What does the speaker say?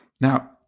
Now